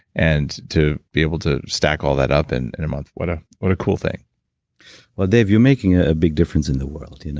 and to be able to stack all that up and in a month, what ah what a cool thing well, dave, you're making ah a big difference in the world. you know